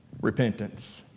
Repentance